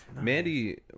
Mandy